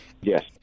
Yes